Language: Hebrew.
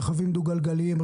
רכבים דו-גלגליים,